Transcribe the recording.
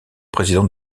président